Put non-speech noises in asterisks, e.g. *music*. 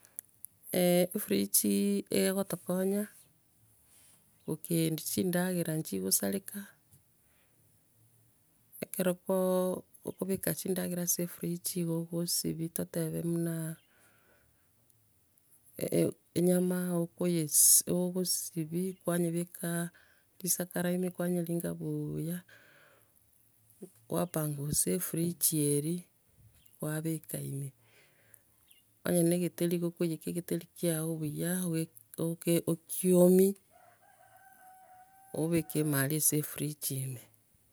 *hesitation* efridge egotokonya gokendia chindagera nchigosareka, ekeroo okobeka chindagera ase efridge nigo ogosibia totebe buna *hesitation* e- enyama, okoyes- okosibia kwanyebekaa risakari ime, kwanyeringa buuya, kwapanguza efridge eri, kwabeka ime. Onya ne egitheri, nigo okoiyeka egitheri kiao buya, obe- oke- okiomia obeke ime aria ase efridge ime.